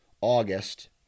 August